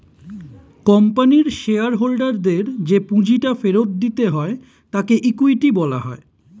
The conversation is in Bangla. কোম্পানির শেয়ার হোল্ডারদের যে পুঁজিটা ফেরত দিতে হয় তাকে ইকুইটি বলা হয়